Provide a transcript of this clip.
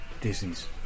Disney's